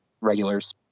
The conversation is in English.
regulars